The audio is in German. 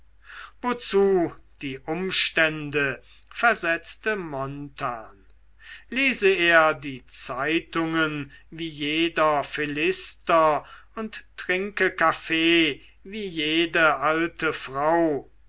wozu die umstände versetzte jarno lese er die zeitungen wie jeder philister und trinke kaffee wie jede alte frau